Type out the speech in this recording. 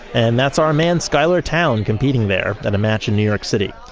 and that's our man, schuyler towne, competing there at a match in new york city.